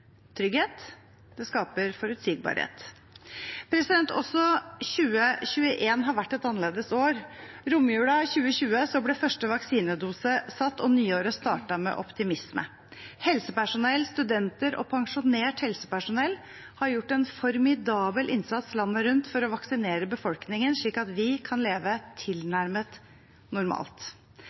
trygghet, og det skaper forutsigbarhet. Også 2021 har vært et annerledes år. I romjula 2020 ble første vaksinedose satt, og nyåret startet med optimisme. Helsepersonell, studenter og pensjonert helsepersonell har gjort en formidabel innsats landet rundt for å vaksinere befolkningen, slik at vi kan leve tilnærmet normalt.